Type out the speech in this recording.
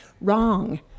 wrong